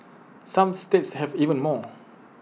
some states have even more